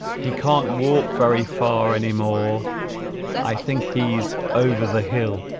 he can't walk very far anymore i think he's over the hill